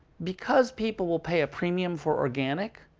because people will pay a premium for organic,